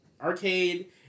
Arcade